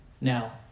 Now